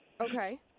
okay